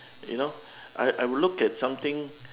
you know I I would look at something